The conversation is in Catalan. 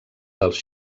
dels